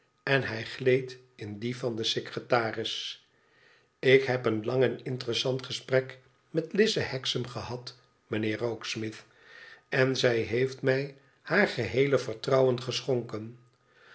en hij gleed in dien van den secretaris ik heb een lang en interessant gesprek met lize hexam gehad mijnheer rokesmith en zij heeft mij haar geheele vertrouwen geschonken